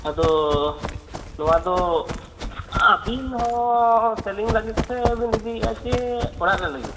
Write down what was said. ᱟᱫᱚ ᱱᱚᱣᱟ ᱫᱚ ᱟᱹᱵᱤᱱ ᱦᱚᱸ ᱥᱮᱞᱤᱝ ᱞᱟᱹᱜᱤᱫ ᱥᱮ ᱵᱤᱱ ᱤᱫᱤᱭᱮᱫᱼᱟ ᱥᱮ ᱚᱲᱟᱜ ᱨᱮ ᱞᱟᱹᱜᱤᱫ